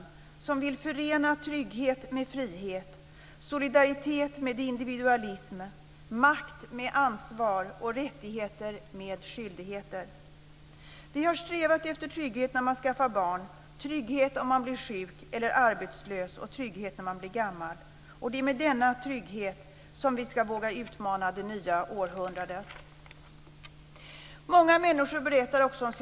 I denna vill vi förena trygghet med frihet, solidaritet med individualism, makt med ansvar och rättigheter med skyldigheter. Vi har strävat efter trygghet när man skaffar barn, trygghet om man skulle bli sjuk eller arbetslös och trygghet när man blir gammal, och det är med denna trygghet som vi ska våga utmana det nya århundradet.